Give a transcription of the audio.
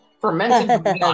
Fermented